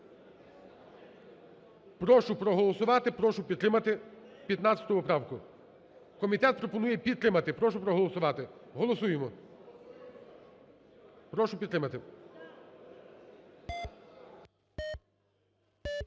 прошу проголосувати, прошу підтримати 15 поправку, комітет пропонує підтримати. Прошу проголосувати. Голосуємо. Прошу підтримати.